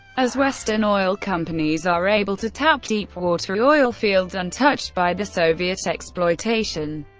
as western oil companies are able to tap deepwater oilfields untouched by the soviet exploitation,